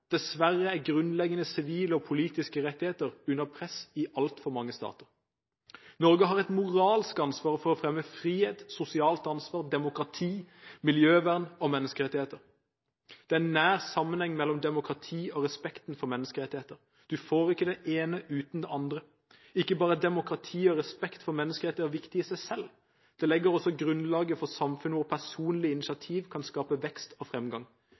Dessverre er grunnleggende sivile og politiske rettigheter under press i altfor mange stater. Norge har et moralsk ansvar for å fremme frihet, sosialt ansvar, demokrati, miljøvern og menneskerettigheter. Det er en nær sammenheng mellom demokrati og respekten for menneskerettigheter. Du får ikke det ene uten det andre. Ikke bare er demokrati og respekt for menneskerettigheter viktig i seg selv, det legger også grunnlaget for samfunn hvor personlig initiativ kan skape vekst og fremgang.